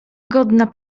godna